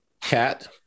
Cat